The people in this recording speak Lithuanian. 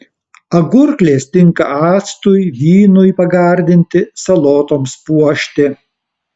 agurklės tinka actui vynui pagardinti salotoms puošti